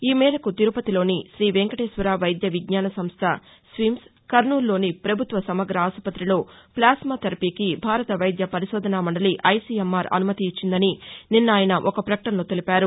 ఈ మేరకు తిరుపతిలోని తీవెంకటేశ్వర వైద్య విజ్ఞాన సంస్ట స్విమ్స్ కర్నూలులోని పభుత్వ సమగ్ర ఆసుపతిలో ప్లాస్మా థెరపీకి భారత వైద్య పరిశోధనా మండలి ఐసిఎంఆర్ అనుమతి ఇచ్చిందని నిన్న ఆయన ఒక ప్రకటనలో తెలిపారు